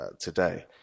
today